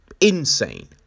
insane